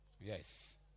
Yes